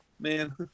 Man